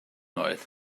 oed